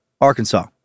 Arkansas